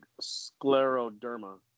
scleroderma